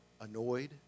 annoyed